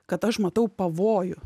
kad aš matau pavojų